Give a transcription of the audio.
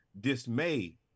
Dismay